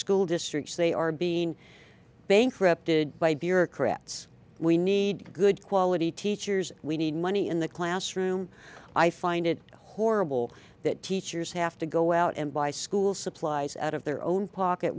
school districts they are being bankrupted by bureaucrats we need good quality teachers we need money in the classroom i find it horrible that teachers have to go out and buy school supplies out of their own pocket